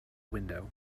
window